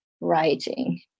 writing